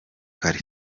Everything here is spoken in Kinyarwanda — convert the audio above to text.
kare